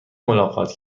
ملاقات